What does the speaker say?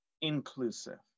inclusive